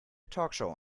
talkshow